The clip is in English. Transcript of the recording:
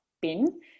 bin